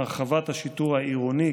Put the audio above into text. הרחבת השיטור העירוני,